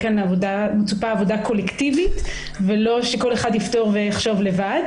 עבודה קולקטיבית ולא שכל אחד יפתור ויחשוב לבד.